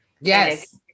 Yes